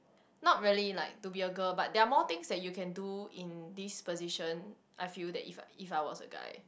not really like to be a girl but there are more things that you can do in this position I feel that if if I was a guy